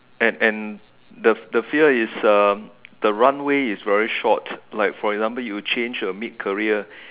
and and the the feel is um the runway is very short like for example you change a mid career